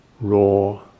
raw